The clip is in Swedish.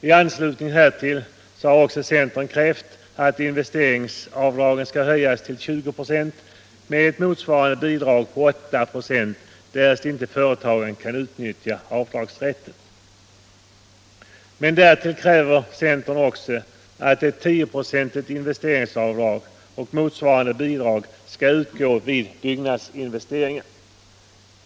I anslutning härtill har också centern krävt att investeringsavdragen skall höjas till 20 96 med ett motsvarande bidrag på 8 96 därest ett företag inte kan utnyttja avdragsrätten. Men därtill kräver centern att ett tioprocentigt investeringsavdrag och motsvarande bidrag skall utgå vid byggnadsinvesteringar.